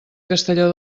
castelló